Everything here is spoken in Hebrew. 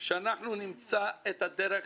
שאנחנו נמצא דרך